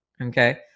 Okay